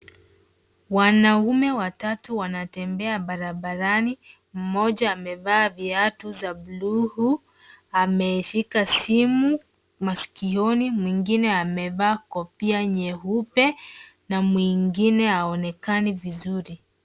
Wanaume watatu wanatembea barabarani. Mmoja amevaa viatu za buluu, ameshika simu masikioni, mwingine amevaa kofia nyeupe na mwingine haonekani vizuri.